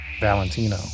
Valentino